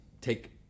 take